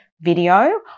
video